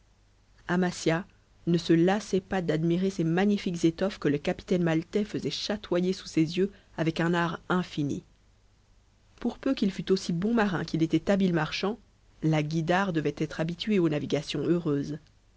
amasia ne se lassait pas d'admirer ces magnifiques étoffes que le capitaine maltais faisait chatoyer sous ses yeux avec un art infini pour peu qu'il fût aussi bon marin qu'il était habile marchand la guïdare devait être habituée aux navigations heureuses